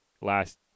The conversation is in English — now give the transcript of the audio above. last